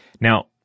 Now